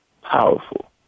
powerful